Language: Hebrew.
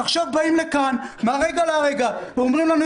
עכשיו באים לכאן מהרגע להרגע ואומרים לנו,